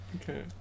Okay